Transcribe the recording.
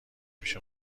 پیش